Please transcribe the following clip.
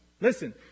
Listen